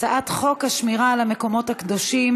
הצעת חוק השמירה על המקומות הקדושים